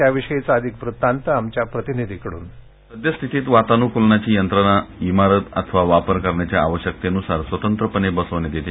त्याविषयीचा हा वृत्तांत आमच्या प्रतिनिधीकडून व्हॉइस कास्ट सद्यस्थितीत वातानुकूलनाची यंत्रणा इमारत अथवा वापर करण्याच्या आवश्यकतेनुसार स्वतंत्रपणे बसवण्यात येते